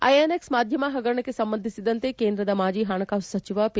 INX ಮಾಧ್ಯಮ ಹಗರಣಕ್ಕೆ ಸಂಬಂಧಿಸಿದಂತೆ ಕೇಂದ್ರದ ಮಾಜಿ ಹಣಕಾಸು ಸಚಿವ ಪಿ